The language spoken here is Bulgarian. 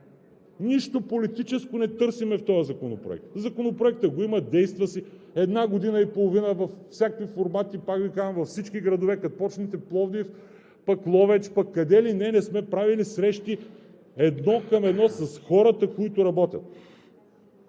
Нищо политическо не търсим в него. Законопроекта го има, действа си. Една година и половина във всякакви формати, пак Ви казвам, във всички градове, като започнете с Пловдив, пък Ловеч, пък къде ли не сме правили срещи едно към едно с хората, които работят.